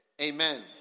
Amen